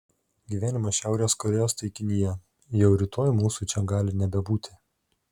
gyvenimas šiaurės korėjos taikinyje jau rytoj mūsų čia gali nebebūti